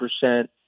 percent